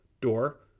Door